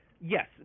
yes